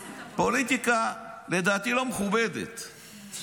לדעתי, פוליטיקה לא מכובדת.